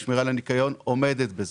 לשמירה לניקיון עומדת בזה.